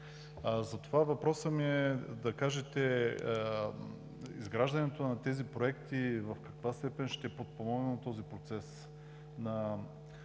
Затова въпросът ми е: изграждането на тези проекти в каква степен ще подпомогнат този процес